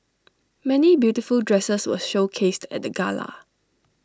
many beautiful dresses were showcased at the gala